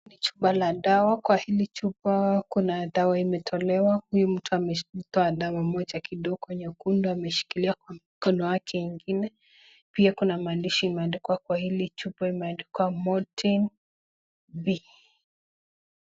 Ni chupa la dawa. Kwa hili chupa kuna dawa imetolewa. Huyu mtu ametoa dawa moja kidogo nyekundu, ameshikilia kwa mkono wake ingine. Pia kuna maandishi imeandikwa kwa hili chupa. Imeandikwa Mortin B.